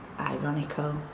Ironical